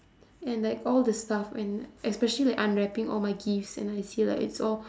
and like all the stuff and especially like unwrapping all my gifts when I see like it's all